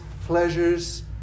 pleasures